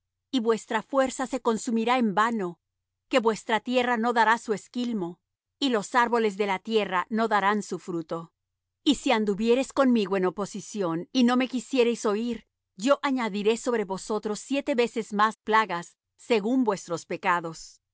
y vuestra fuerza se consumirá en vano que vuestra tierra no dará su esquilmo y los árboles de la tierra no darán su fruto y si anduviereis conmigo en oposición y no me quisiereis oír yo añadiré sobre vosotros siete veces más plagas según vuestros pecados